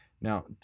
Now